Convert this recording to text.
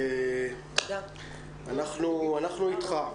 רון נוטקין, אנחנו איתך.